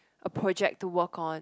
a project to work on